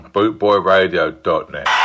BootboyRadio.net